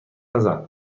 نزن